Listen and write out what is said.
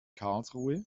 karlsruhe